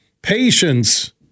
Patience